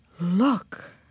Look